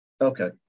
Okay